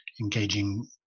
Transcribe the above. engaging